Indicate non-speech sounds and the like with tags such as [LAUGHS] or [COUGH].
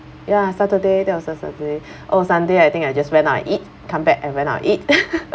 ya saturday that was last saturday [BREATH] oh sunday I think I just went out and eat come back and went out eat [LAUGHS]